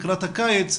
לקראת הקיץ,